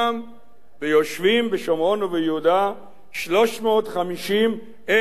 ויושבים בשומרון וביהודה 350,000 נפש,